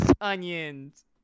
Onions